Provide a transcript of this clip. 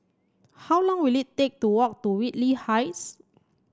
how long will it take to walk to Whitley Heights